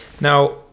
Now